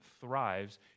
thrives